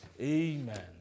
Amen